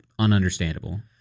ununderstandable